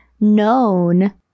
known